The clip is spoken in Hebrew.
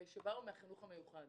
שבאו מהחינוך המיוחד.